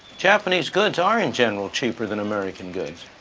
japanese goods are in general cheaper than american goods.